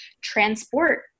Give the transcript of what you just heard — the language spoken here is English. transport